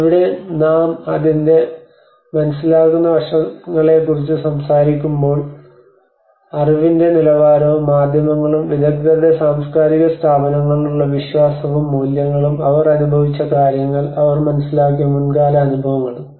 ഇവിടെ നാം അതിന്റെ മനസ്സിലാക്കുന്ന വശങ്ങളെക്കുറിച്ച് സംസാരിക്കുമ്പോൾ അറിവിന്റെ നിലവാരവും മാധ്യമങ്ങളും വിദഗ്ദ്ധരുടെ സാംസ്കാരിക സ്ഥാപനങ്ങളിലുള്ള വിശ്വാസവും മൂല്യങ്ങളും അവർ അനുഭവിച്ച കാര്യങ്ങൾ അവർ മനസിലാക്കിയ മുൻകാല അനുഭവങ്ങളും